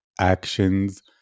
actions